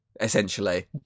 essentially